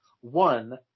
One